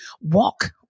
walk